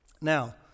Now